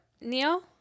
Neo